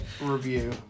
review